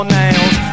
nails